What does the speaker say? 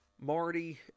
Marty